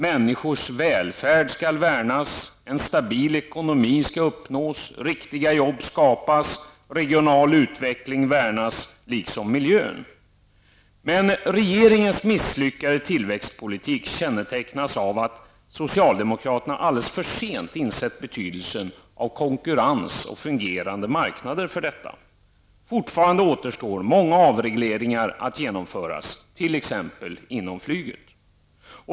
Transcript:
Människors välfärd skall värnas, en stabil ekonomi skall uppnås, riktiga jobb skapas, regional utveckling värnas liksom miljön. Men regeringens misslyckade tillväxtpolitik kännetecknas av att socialdemokraterna alldeles för sent insett betydelsen av konkurrens och fungerande marknader. Fortfarande återstår många avregleringar att genomföra, t.ex. inom flyget.